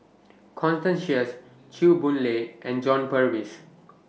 Constance Sheares Chew Boon Lay and John Purvis